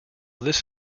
this